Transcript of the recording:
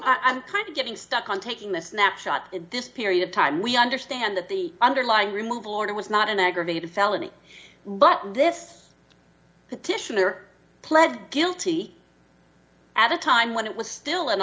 ok i'm kind of getting stuck on taking this snapshot this period of time we understand that the underlying removal order was not an aggravated felony but this petitioner pled guilty at a time when it was still an